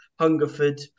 Hungerford